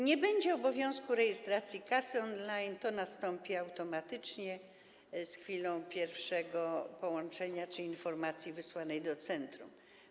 Nie będzie obowiązku rejestracji kasy on-line, nastąpi to automatycznie z chwilą pierwszego połączenia czy pierwszej informacji wysłanej do centrum.